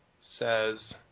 says